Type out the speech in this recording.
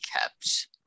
kept